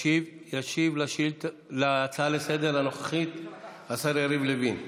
ישיב על ההצעה לסדר-היום הנוכחית השר יריב לוין.